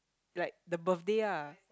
like the birthday ah